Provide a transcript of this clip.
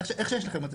איך שיש לכם את זה.